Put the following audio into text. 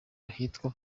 ahitwa